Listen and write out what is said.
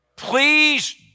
Please